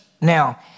Now